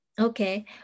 Okay